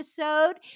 episode